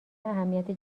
اهمیت